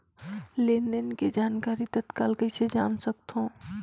लेन देन के जानकारी तत्काल कइसे जान सकथव?